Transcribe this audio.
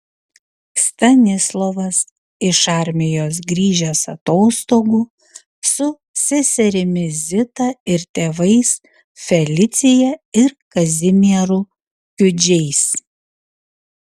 stanislovas iš armijos grįžęs atostogų su seserimi zita ir tėvais felicija ir kazimieru kiudžiais